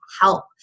help